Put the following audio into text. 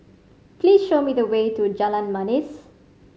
please show me the way to Jalan Manis